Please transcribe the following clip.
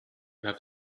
have